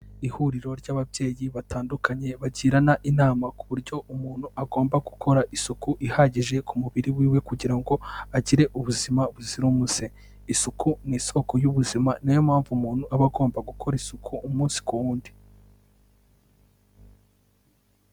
Ihuriro ry'ababyeyi batandukanye, bagirana inama ku buryo umuntu agomba gukora isuku ihagije ku mubiri wiwe kugira ngo agire ubuzima buzira umuze, isuku ni isoko y'ubuzima niyo mpamvu umuntu aba agomba gukora isuku umunsi ku wundi.